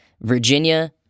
Virginia